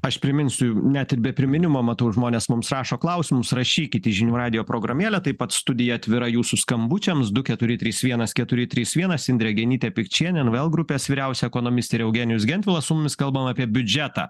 aš priminsiu net ir be priminimo matau žmonės mums rašo klausimus rašykit į žinių radijo programėlę taip pat studija atvira jūsų skambučiams du keturi trys vienas keturi trys vienas indrė genytė pikčienė invl grupės vyriausia ekonomistė ir eugenijus gentvilas su mumis kalbam apie biudžetą